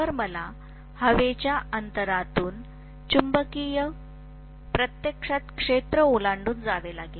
तर मला हवेच्या अंतरातून चुंबकीय प्रत्यक्षात क्षेत्र ओलांडून जावे लागेल